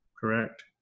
correct